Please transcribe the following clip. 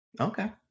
okay